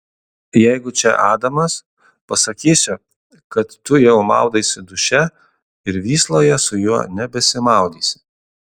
jeigu čia adamas pasakysiu kad tu jau maudaisi duše ir vysloje su juo nebesimaudysi